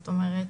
זאת אומרת,